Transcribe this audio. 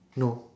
no